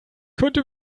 könnte